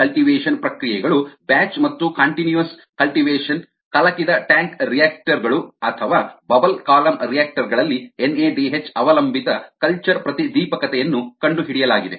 coli cultivation ಪ್ರಕ್ರಿಯೆಗಳು batch ಮತ್ತು continuous cultivation ಕಲಕಿದ ಟ್ಯಾಂಕ್ ರಿಯಾಕ್ಟರ್ ಗಳು ಅಥವಾ ಬಬಲ್ ಕಾಲಮ್ ರಿಯಾಕ್ಟರ್ ಗಳಲ್ಲಿ ಎನ್ಎಡಿಎಚ್ ಅವಲಂಬಿತ ಕಲ್ಚರ್ ಪ್ರತಿದೀಪಕತೆಯನ್ನು ಕಂಡುಹಿಡಿಯಲಾಗಿದೆ